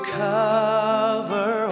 cover